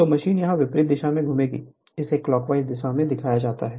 तो मशीन यहां विपरीत दिशा में घूमेगी इसे क्लॉकवाइज दिशा में दिखाया गया है